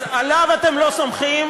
אז עליו אתם לא סומכים?